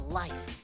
life